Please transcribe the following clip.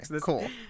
cool